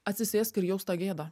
atsisėsk ir jausk tą gėdą